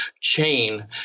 chain